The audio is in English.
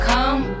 Come